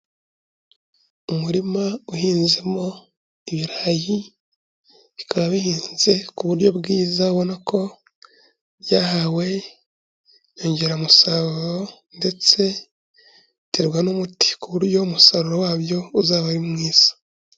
Umurima uhinzemo ibirayi, bikaba bihinze ku buryo bwiza abona ko byahawe inyongeramusaruro ndetse biterwa n'umuti, ku buryo umusaruro wabyo uzaba ari mwiza.